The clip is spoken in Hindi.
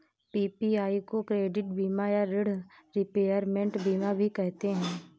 पी.पी.आई को क्रेडिट बीमा या ॠण रिपेयरमेंट बीमा भी कहते हैं